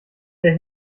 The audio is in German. der